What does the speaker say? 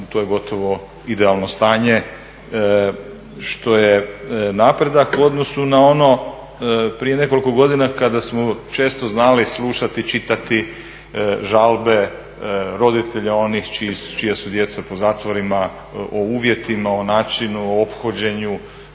to je gotovo idealno stanje što je napredak u odnosu na ono prije nekoliko godina kada smo često znali slušati, čitati žalbe roditelja onih čija su djeca po zatvorima o uvjetima, o načinu, o ophođenju